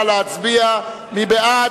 התש"ע 2010. מי בעד?